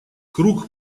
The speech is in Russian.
круг